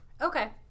Okay